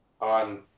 on